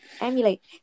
emulate